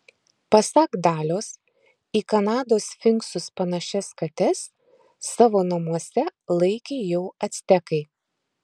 pasak dalios į kanados sfinksus panašias kates savo namuose laikė jau actekai